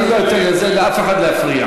אני לא אתן לאף אחד להפריע.